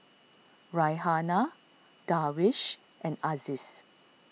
Raihana Darwish and Aziz